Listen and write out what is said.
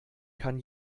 kann